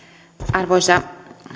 arvoisa